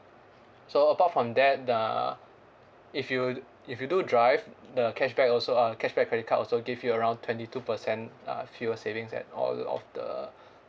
so apart from that the if you if you do drive the cashback also uh cashback credit card also give you around twenty two percent uh fuel savings at all of the